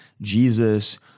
Jesus